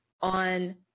on